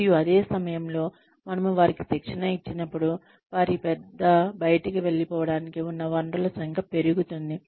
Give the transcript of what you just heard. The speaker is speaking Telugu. మరియు అదే సమయంలో మనము వారికి శిక్షణ ఇచ్చినప్పుడు వారి వద్ద బయటికి వెళ్ళిపోవడానికి ఉన్న వనరుల సంఖ్య పెరుగుతుంది